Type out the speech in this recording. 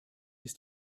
ist